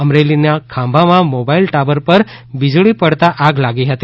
અમરેલીના ખાંભામાં mobile tower પર વીજળી પડતા આગ લાગી હતી